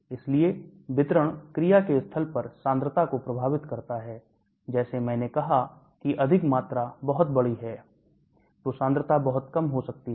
इसलिए वितरण क्रिया के स्थल पर सांद्रता को प्रभावित करता है जैसे मैंने कहा की अधिक मात्रा बहुत बड़ी है तो सांद्रता बहुत कम हो सकती है